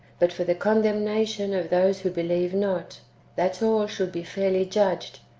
but for the condemnation of those who believe not that all should be fairly judged,